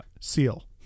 seal